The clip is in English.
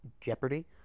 jeopardy